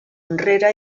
enrere